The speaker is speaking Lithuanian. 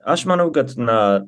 aš manau kad na